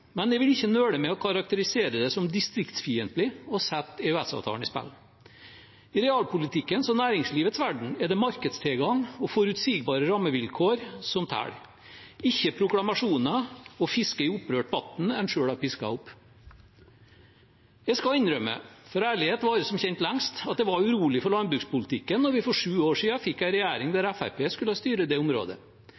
men jeg vil ikke nøle med å karakterisere det som distriktsfiendtlig å sette EØS-avtalen i spill. I realpolitikkens og næringslivets verden er det markedstilgang og forutsigbare rammevilkår som teller, ikke proklamasjoner og å fiske i opprørt vann en selv har pisket opp. Jeg skal innrømme, for ærlighet varer som kjent lengst, at jeg var urolig for landbrukspolitikken da vi for sju år siden fikk en regjering der